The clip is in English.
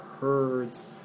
herds